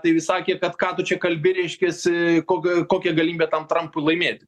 tai vis sakė kad ką tu čia kalbi reiškiasi kog kokia galimybė tam trampui laimėti